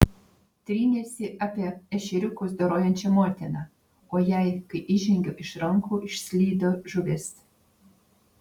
trynėsi apie ešeriukus dorojančią motiną o jai kai įžengiau iš rankų išslydo žuvis